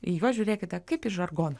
į juos žiūrėkite kaip į žargoną